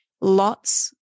lots